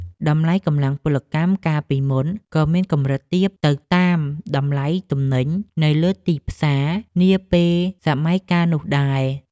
តម្លៃកម្លាំងពលកម្មកាលពីមុនក៏មានកម្រិតទាបទៅតាមតម្លៃទំនិញនៅលើទីផ្សារនាពេលសម័យកាលនោះដែរ។